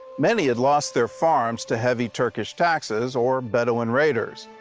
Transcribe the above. many had lost their farms to heavy turkish taxes or bedouin raiders.